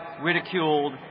ridiculed